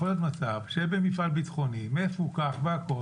יכול להיות מצב שבמפעל ביטחוני מפוקח והכול